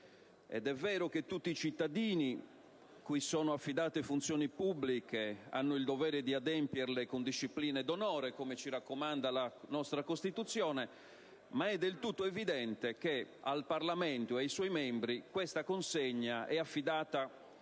Ed è vero che «tutti i cittadini cui sono affidate funzioni pubbliche hanno il dovere di adempierle con disciplina ed onore», come ci raccomanda la nostra Costituzione, ma è del tutto evidente che al Parlamento ed ai suoi membri questa consegna è affidata